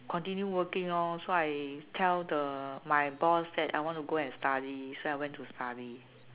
continue working lor so I tell the my boss that I want to go and study so I went to study